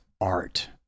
art